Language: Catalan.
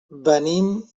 venim